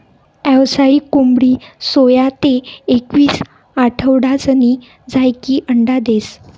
यावसायिक कोंबडी सोया ते एकवीस आठवडासनी झायीकी अंडा देस